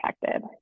protected